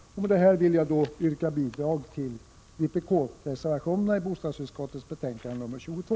Med detta vill jag yrka bifall till vpk-reservationerna i bostadsutskottets betänkande 22.